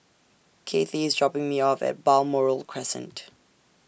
Cathi IS dropping Me off At Balmoral Crescent